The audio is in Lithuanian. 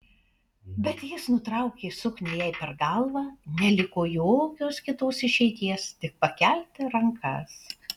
bet jis nutraukė suknią jai per galvą neliko jokios kitos išeities tik pakelti rankas